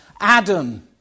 Adam